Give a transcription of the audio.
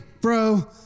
bro